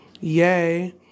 Yay